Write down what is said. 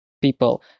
people